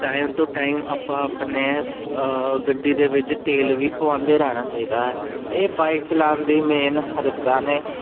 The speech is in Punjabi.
ਟਾਈਮ ਟੂ ਟਾਈਮ ਆਪਾਂ ਆਪਣੇ ਗੱਡੀ ਦੇ ਵਿੱਚ ਤੇਲ ਵੀ ਪਵਾਉਂਦੇ ਰਹਿਣਾ ਚਾਹੀਦਾ ਇਹ ਬਾਈਕ ਚਲਾਉਣ ਦੀ ਮੇਨ ਹਦਾਇਤਾਂ ਨੇ